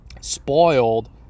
spoiled